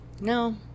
No